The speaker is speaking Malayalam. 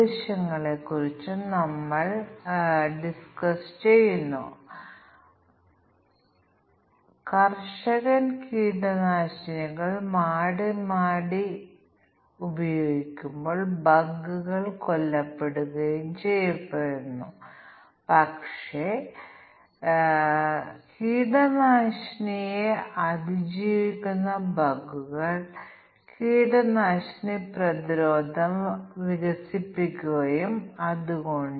കൂടാതെ ചിലപ്പോൾ നമുക്ക് പാരിസ്ഥിതിക കോൺഫിഗറേഷനുകളും ഉണ്ട് അത് ഫലത്തെ ബാധിക്കും ഉദാഹരണത്തിന് ഞങ്ങൾ ഒരു പ്രോഗ്രാം വിദഗ്ദ്ധ മോഡിൽ അല്ലെങ്കിൽ ഒരു പുതിയ മോഡിൽ അല്ലെങ്കിൽ മിതമായ മോഡിൽ സജ്ജമാക്കുകയാണെങ്കിൽ പ്രോഗ്രാം വ്യത്യസ്തമായി പെരുമാറുന്ന പരിസ്ഥിതി കോൺഫിഗറേഷനുകളാണ്